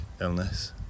illness